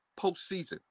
postseason